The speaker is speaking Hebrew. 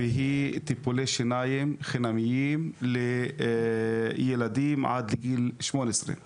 "צמצום טיפולי שיניים חינמיים לילדים עד גיל 18 בקופ"ח כללית".